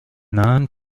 non